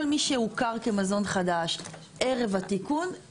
כל מי שהוכר כמזון חדש ערב התיקון,